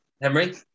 Henry